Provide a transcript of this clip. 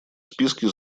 списке